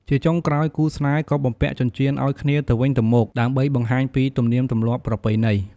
ជាចុងក្រោយគូស្នេហ៍ក៏បំពាក់ចិញ្ចៀនឱ្យគ្នាទៅវិញទៅមក ដើម្បីបង្ហាញពីទំនៀមទម្លាប់ប្រពៃណី។